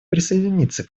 присоединяется